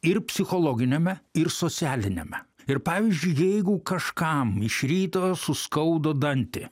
ir psichologiniame ir socialiniame ir pavyzdžiui jeigu kažkam iš ryto suskaudo dantį